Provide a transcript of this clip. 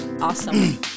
awesome